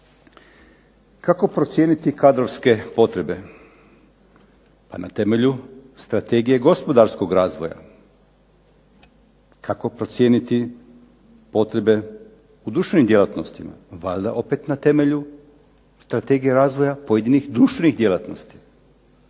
Kako procijeniti kadrovske potrebe? Pa na temelju Strategije gospodarskog razvoja. Kako procijeniti potrebe u društvenim djelatnostima? Valjda na temelju strategije razvoja pojedinih društvenih djelatnosti.